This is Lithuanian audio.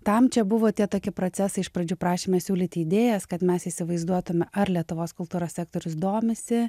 tam čia buvo tie tokie procesai iš pradžių prašėme siūlyti idėjas kad mes įsivaizduotume ar lietuvos kultūros sektorius domisi